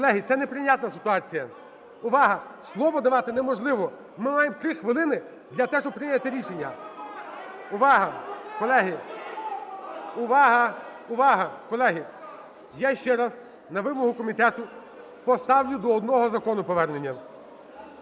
Колеги, це неприйнятна ситуація. Увага! Слово давати неможливо. Ми маємо 3 хвилини для того, щоб прийняти рішення. Увага, колеги! Увага! Увага, колеги! Я ще раз на вимогу комітету поставлю до одного закону повернення.